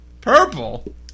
Purple